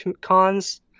cons